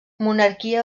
monarquia